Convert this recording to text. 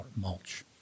mulch